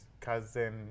cousin